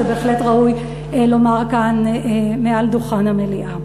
בהחלט ראוי לומר כאן מעל דוכן המליאה.